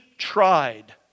Tried